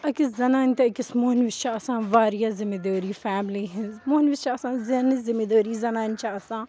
أکِس زَنانہِ تہٕ أکِس مۅہنِوِس چھِ آسان وارِیاہ زیادٕ ذِمہٕ دٲری فیملی ہٕنٛز مۅہنوِس چھِ آسان زینٕچ ذَمہٕ دٲری زَنانہِ چھِ آسان